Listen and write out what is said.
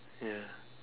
ya